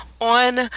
On